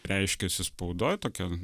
reiškiasi spaudoj tokia